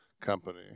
Company